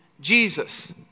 Jesus